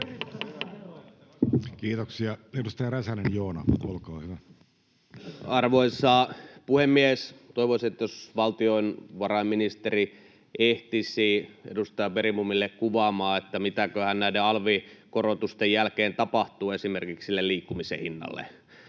muuttamisesta Time: 15:05 Content: Arvoisa puhemies! Toivoisin, että valtiovarainministeri ehtisi edustaja Bergbomille kuvaamaan, mitäköhän näiden alvikorotusten jälkeen tapahtuu esimerkiksi sille liikkumisen hinnalle: